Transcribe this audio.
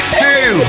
two